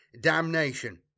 damnation